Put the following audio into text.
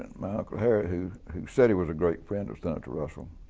my uncle harry who who said he was a great friend of senator russell